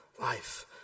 life